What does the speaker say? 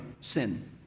sin